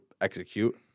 execute